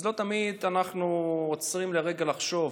אז לא תמיד אנחנו עוצרים לרגע לחשוב.